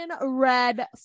red